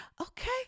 okay